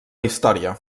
història